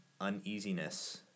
uneasiness